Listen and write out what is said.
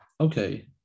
Okay